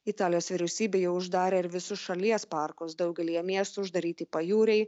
italijos vyriausybė jau uždarė ir visus šalies parkus daugelyje miestų uždaryti pajūriai